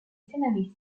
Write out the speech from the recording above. scénariste